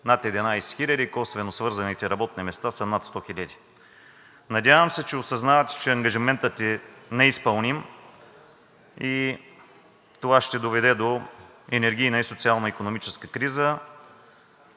над 11 хиляди. Косвено свързаните работни места са над 100 хиляди. Надявам се, че осъзнавате, че ангажиментът е неизпълним и това ще доведе до енергийна и социална икономическа криза.